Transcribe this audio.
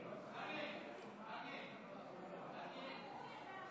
אדוני היושב-ראש,